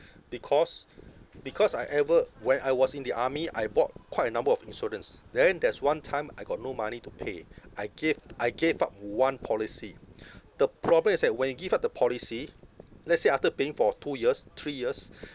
because because I ever when I was in the army I bought quite a number of insurance then there's one time I got no money to pay I gave I gave up one policy the problem is that when you give up the policy let's say after paying for two years three years